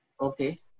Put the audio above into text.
Okay